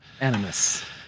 Animus